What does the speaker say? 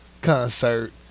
Concert